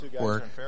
work